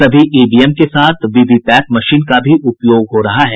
सभी ईवीएम के साथ वीवीपैट मशीन का भी उपयोग किया जा रहा है